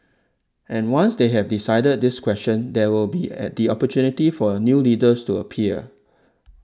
and once they have decided this question there will be at the opportunity for new leaders to appear